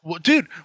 Dude